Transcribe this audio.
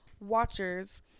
watchers